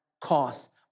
cost